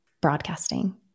broadcasting